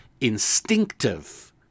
instinctive